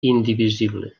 indivisible